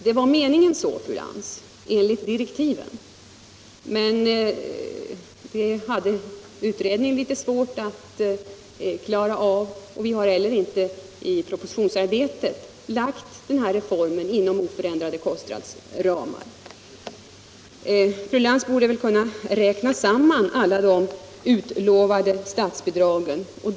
Det var meningen så, fru Lantz, enligt direktiven, men det hade utredningen litet svårt att klara av. Regeringen har heller inte i propositionsarbetet lagt denna reform inom oförändrade kostnadsramar. Fru Lantz borde väl kunna räkna samman alla de utlovade nya statsutgifterna.